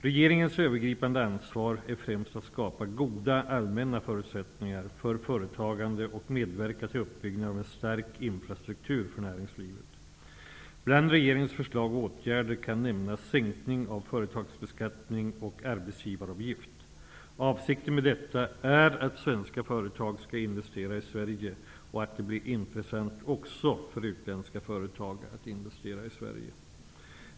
Regeringens övergripande ansvar är främst att skapa goda, allmänna förutsättningar för företagande och medverka till uppbyggnaden av en stark infrastruktur för näringslivet. Bland regeringens förslag och åtgärder kan nämnas minskning av företagsbeskattning och sänkning av arbetsgivaravgift. Avsikten med detta är att svenska företag skall investera i Sverige och att det blir intressant också för utländska företag att investera i Sverige.